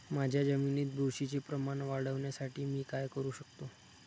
माझ्या जमिनीत बुरशीचे प्रमाण वाढवण्यासाठी मी काय करू शकतो?